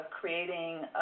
creating